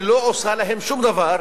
היא לא עושה להם שום דבר,